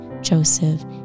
Joseph